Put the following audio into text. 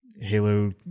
Halo